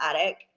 attic